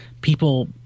people